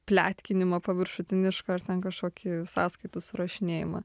pletkinimą paviršutinišką ar ten kažkokį sąskaitų surašinėjimą